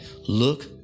Look